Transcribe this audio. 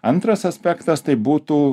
antras aspektas tai būtų